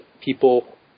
people